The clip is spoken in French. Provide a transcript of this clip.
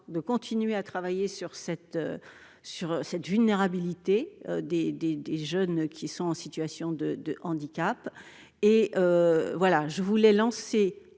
de continuer de travailler sur la vulnérabilité des jeunes qui se trouvent en situation de handicap. Néanmoins, je voulais lancer